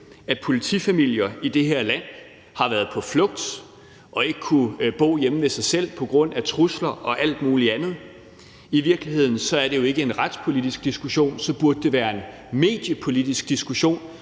at politifamilier i det her land har været på flugt og ikke kunne bo hjemme ved sig selv på grund af trusler og alt muligt andet. I virkeligheden er det jo ikke en retspolitisk diskussion; det burde være en mediepolitisk diskussion,